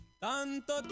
Tanto